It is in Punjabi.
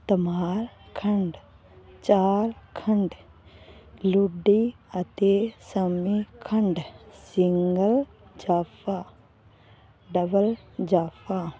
ਧਮਾਲ ਖੰਡ ਚਾਲਖੰਡ ਲ਼ੁੱਡੀ ਅਤੇ ਸੰਮੀ ਖੰਡ ਸਿੰਗਲ ਜਾਫ਼ਾ ਡਬਲ ਜਾਫ਼ਾ